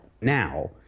now